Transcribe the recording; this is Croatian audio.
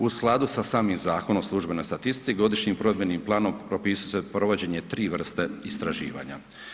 U skladu sa samim Zakonom o službenoj statistici, godišnjim provedbenim planom propisuje se provođenje tri vrste istraživanja.